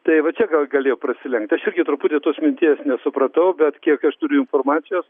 tai va čia gal galėjo prasilenkt aš irgi truputį tos minties nesupratau bet kiek aš turiu informacijos